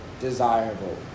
desirable